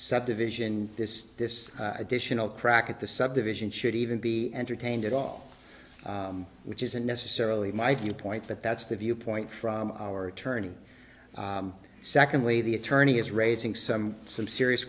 subdivision this this additional crack at the subdivision should even be entertained at all which isn't necessarily my viewpoint but that's the viewpoint from our attorney secondly the a turn he is raising some some serious